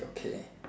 okay